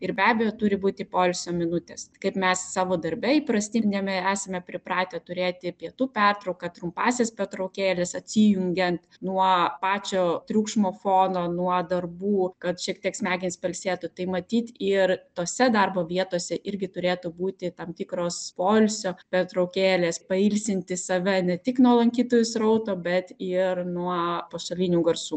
ir be abejo turi būti poilsio minutės kaip mes savo darbe įprastiniame esame pripratę turėti pietų pertrauką trumpąsias pertraukėles atsijungiant nuo pačio triukšmo fono nuo darbų kad šiek tiek smegenys pailsėtų tai matyt ir tose darbo vietose irgi turėtų būti tam tikros poilsio pertraukėlės pailsinti save ne tik nuo lankytojų srauto bet ir nuo pašalinių garsų